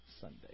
Sunday